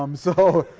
um so